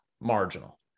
marginal